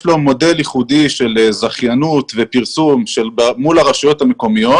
שיש להן מודל ייחודי של זכיינות ופרסום מול הרשויות המקומיות